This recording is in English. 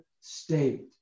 state